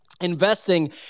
investing